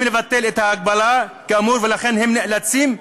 לבטל את ההגבלה כאמור ולכן הם נאלצים,